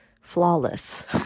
flawless